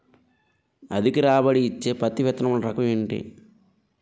అధిక రాబడి ఇచ్చే పత్తి విత్తనములు రకం ఏంటి?